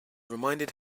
reminded